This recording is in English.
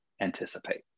anticipate